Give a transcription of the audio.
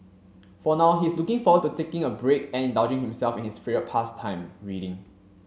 for now he is looking forward to taking a break and indulging himself in his favourite pastime reading